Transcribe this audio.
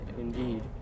indeed